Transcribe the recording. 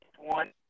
one